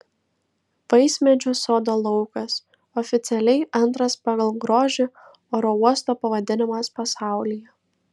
vaismedžių sodo laukas oficialiai antras pagal grožį oro uosto pavadinimas pasaulyje